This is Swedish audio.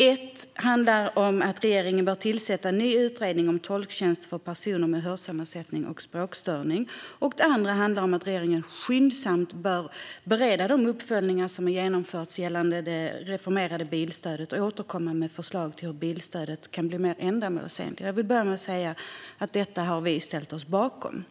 Det ena är att regeringen bör tillsätta en ny utredning om tolktjänst för personer med hörselnedsättning och språkstörning, och det andra är att regeringen skyndsamt bör bereda de uppföljningar som har genomförts gällande det reformerade bilstödet och återkomma med förslag om hur bilstödet kan bli mer ändamålsenligt. Jag vill börja med att säga att vi har ställt oss bakom detta.